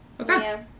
Okay